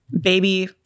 baby